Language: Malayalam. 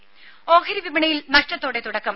രുമ ഓഹരി വിപണിയിൽ നഷ്ടത്തോടെ തുടക്കം